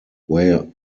where